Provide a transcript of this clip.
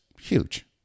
huge